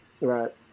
Right